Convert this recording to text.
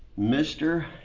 Mr